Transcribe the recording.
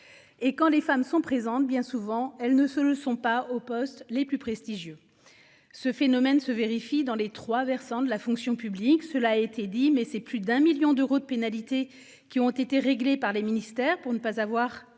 Et quand les femmes sont présentes, bien souvent, elles ne se sont pas aux postes les plus prestigieux. Ce phénomène se vérifie dans les trois versants de la fonction publique, cela a été dit mais c'est plus d'un million d'euros de pénalités qui ont été réglés par les ministères pour ne pas avoir